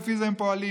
ולפי זה הם פועלים.